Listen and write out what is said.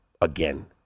again